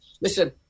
listen